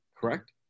correct